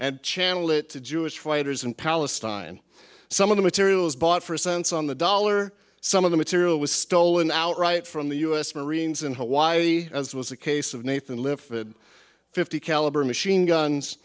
and channel it to jewish fighters and palestine some of the materials bought for cents on the dollar some of the material was stolen outright from the us marines in hawaii as was the case of nathan lifted fifty caliber machine guns